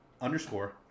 underscore